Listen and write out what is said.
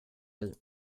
dig